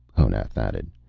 honath added.